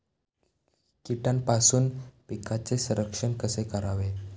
कीटकांपासून पिकांचे संरक्षण कसे करावे?